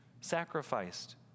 sacrificed